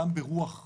גם ברוח בים,